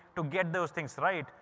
to get those things right.